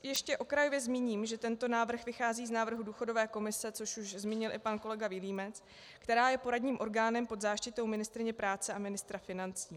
Ještě okrajově zmíním, že tento návrh vychází z návrhu důchodové komise, což už zmínil i pan kolega Vilímec, která je poradním orgánem pod záštitou ministryně práce a ministra financí.